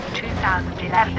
2011